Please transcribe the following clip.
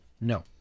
no